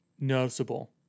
noticeable